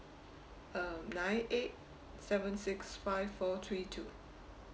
um nine eight seven six five four three two